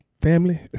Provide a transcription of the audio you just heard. family